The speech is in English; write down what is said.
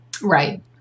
Right